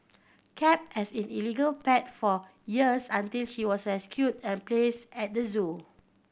kept as in illegal pet for years until she was rescued and placed at the zoo